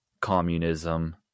communism